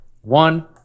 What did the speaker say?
one